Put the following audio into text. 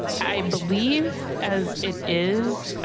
i believe, as it is,